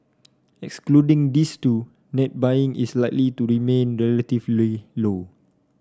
excluding these two net buying is likely to remain relatively low